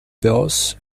purse